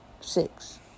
six